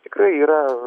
tikrai yra